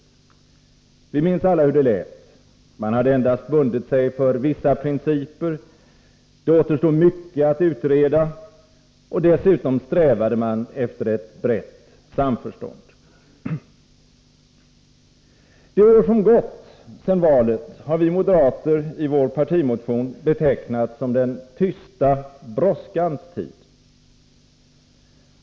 Vi minns alla hur det lät: man hade endast bundit sig för vissa principer, det återstod mycket att utreda, och dessutom strävade man efter ett brett samförstånd. Det år som gått sedan valet har vi moderater i vår partimotion betecknat som den tysta brådskans tid.